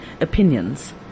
opinions